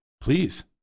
Please